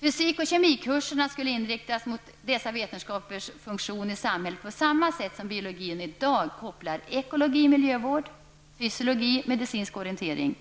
Fysik och kemikurserna skulle inriktas mot dessa vetenskapers funktion i samhället på samma sätt som biologin i dag kopplar ekologi med miljövård, fysiologi med medicinsk orientering